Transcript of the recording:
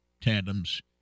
tandems